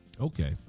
Okay